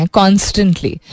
constantly